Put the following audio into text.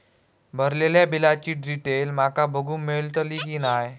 भरलेल्या बिलाची डिटेल माका बघूक मेलटली की नाय?